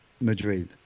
Madrid